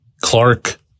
Clark